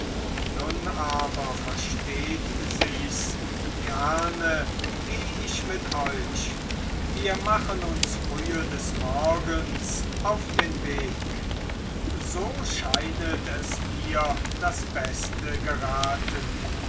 nun aber versteht sichs gerne geh ich mit euch wir machen uns frühe des morgens auf den weg so scheinet es mir das beste geraten